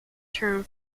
term